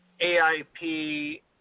AIP